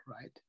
right